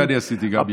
את זה גם אני עשיתי.